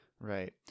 right